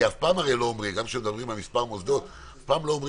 כי גם כשמדברים על מספר מוסדות אף פעם לא אומרים